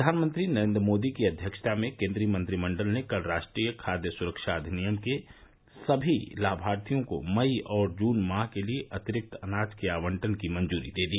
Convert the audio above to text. प्रधानमंत्री नरेन्द्र मोदी की अध्यक्षता में केन्द्रीय मंत्रिमंडल ने कल राष्ट्रीय खाद्य सुरक्षा अधिनियम के सभी लाभार्थियों को मई और जून माह के लिए अतिरिक्त अनाज के आवंटन की मंजूरी दे दी